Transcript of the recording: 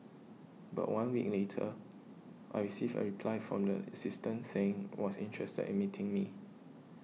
but one week later I received a reply from the assistant saying was interested in meeting me